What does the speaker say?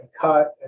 cut